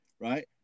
right